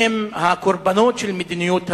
הם הקורבנות של מדיניות העוני.